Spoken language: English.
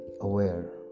aware